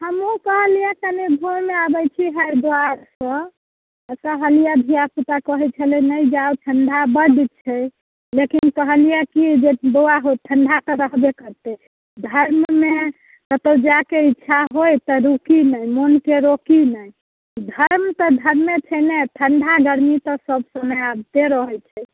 हमहुँ कहलियै कनि घूमि आबैत छी हरिद्वारसँ तऽ कहलियै धिआ पूता कहैत छलै नहि जाउ ठण्डा बड छै लेकिन कहलियै कि बौआ हो ठण्डा तऽ रहबे करतै धर्ममे कतहुँ जायके इच्छा होइत तऽ रूकी नहि मनके रोकि नहि धर्म तऽ धर्मे छै ने ठण्डा गरमी तऽ सब समय आबिते रहैत छै